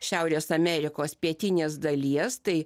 šiaurės amerikos pietinės dalies tai